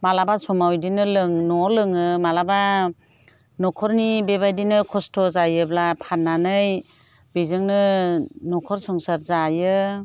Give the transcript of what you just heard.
माब्लाबा समाव बिदिनो न'आव लोंङो माब्लाबा न'खरनि बेबायदिनो खस्थ' जायोब्ला फाननानै बेजोंनो न'खर संसार जायो